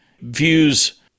views